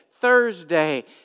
Thursday